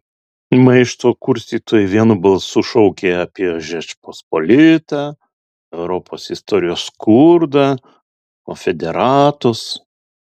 maišto kurstytojai vienu balsu šaukė apie žečpospolitą europos istorijos skurdą konfederatus